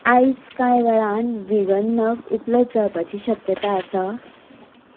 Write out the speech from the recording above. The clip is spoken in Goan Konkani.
आयज कांय वेळान व्हीगन नग उपलब्ध जावपाची शक्यताय आसा